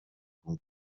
con